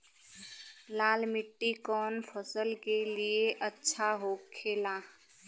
लाल मिट्टी कौन फसल के लिए अच्छा होखे ला?